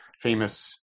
famous